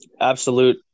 Absolute